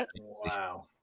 Wow